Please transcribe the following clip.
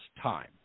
time